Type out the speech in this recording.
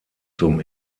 zum